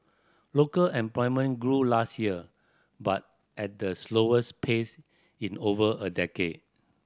local employment grew last year but at the slowest pace in over a decade